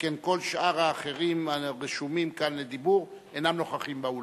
שכן כל שאר האחרים הרשומים כאן לדיבור אינם נוכחים באולם.